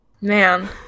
man